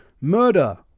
murder